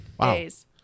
days